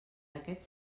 aquest